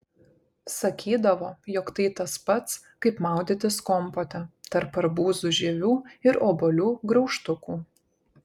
sakydavo jog tai tas pats kaip maudytis kompote tarp arbūzų žievių ir obuolių graužtukų